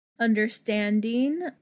understanding